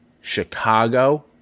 Chicago